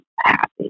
happy